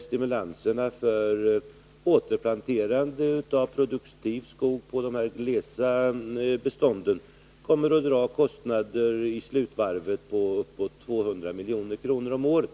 Stimulanserna för återplanterande av produktiv skog på glesa bestånd kommer att dra kostnader som i slutskedet når upp till ca 200 milj.kr. om året.